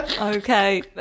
Okay